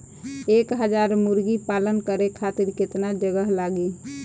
एक हज़ार मुर्गी पालन करे खातिर केतना जगह लागी?